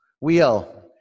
Wheel